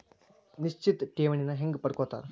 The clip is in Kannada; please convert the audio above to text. ನಿಶ್ಚಿತ್ ಠೇವಣಿನ ಹೆಂಗ ಪಡ್ಕೋತಾರ